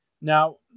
Now